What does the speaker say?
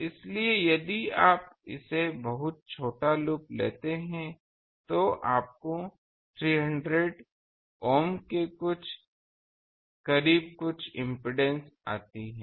इसलिए यदि आप इसे बहुत छोटा लूप लेते हैं तो आपको 300 ohm के करीब कुछ इम्पीडेन्स आती है